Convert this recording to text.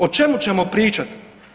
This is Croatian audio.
O čemu ćemo pričat?